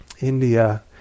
India